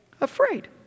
Afraid